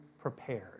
prepared